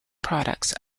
products